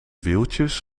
wieltjes